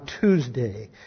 Tuesday